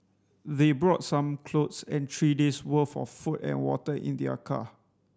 they brought some clothes and three days' worth of food and water in their car